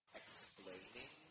explaining